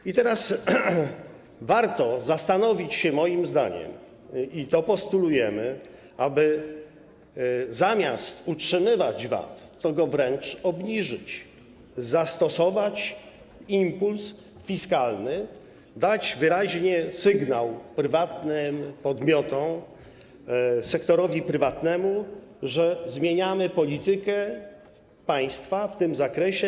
I teraz warto zastanowić się moim zdaniem nad tym, i to postulujemy, aby zamiast utrzymywać VAT, to go wręcz obniżyć, zastosować impuls fiskalny, dać wyraźny sygnał prywatnym podmiotom, sektorowi prywatnemu, że zmieniamy politykę państwa w tym zakresie.